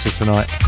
tonight